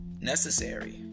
necessary